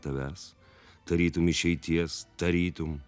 tavęs tarytum išeities tarytum